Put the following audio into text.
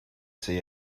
see